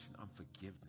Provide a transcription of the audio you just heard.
unforgiveness